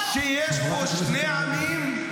-- שיש פה שני עמים,